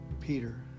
Peter